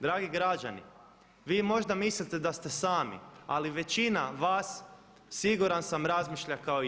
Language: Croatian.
Dragi građani vi možda mislite da ste sami, ali većina vas siguran sam razmišlja kao i ja.